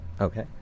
Okay